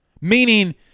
Meaning –